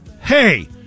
hey